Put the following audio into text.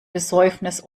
besäufnis